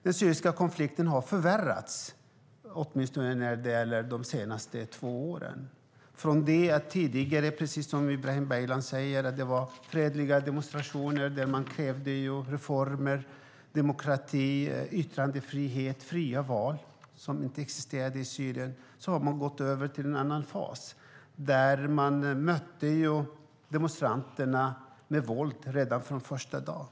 Den syriska konflikten har förvärrats, åtminstone de senaste två åren. Från att det tidigare, som Ibrahim Baylan säger, var fredliga demonstrationer där man krävde reformer, demokrati, yttrandefrihet och fria val, som inte existerade i Syrien, har man gått över till en annan fas. Man mötte demonstranterna med våld redan från första dagen.